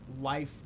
life